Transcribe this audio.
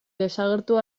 desagertu